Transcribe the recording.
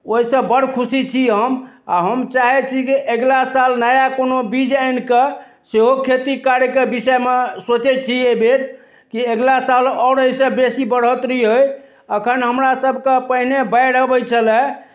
ओहिसँ बड़ खुशी छी हम आ हम चाहै छी जे अगिला साल नया कोनो बीज आनि कऽ सेहो खेती करैके बिषयमे सोचै छी एहि बेर कि अगिला साल आओर एहिसँ बेसी बढ़ौतरी होइ अखन हमरा सभके पहिने बाढ़ि अबै छलै